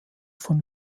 von